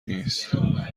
نیست